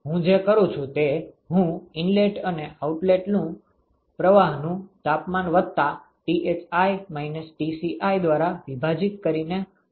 હું જે કરું છું તે હું ઇનલેટ અને આઉટલેટ પ્રવાહનું તાપમાન વત્તા Thi - Tci દ્વારા વિભાજીત કરીને ઉમેરીને બાદ કરું છું